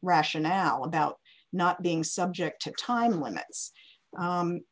rationale about not being subject to time limits